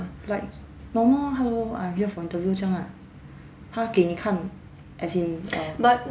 like normal orh hello I'm here for interview 这样啊他给你看 as in err